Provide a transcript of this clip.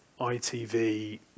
ITV